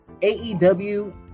AEW